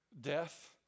death